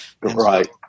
Right